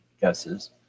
guesses